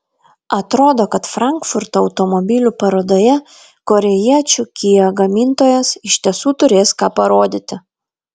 atrodo kad frankfurto automobilių parodoje korėjiečių kia gamintojas iš tiesų turės ką parodyti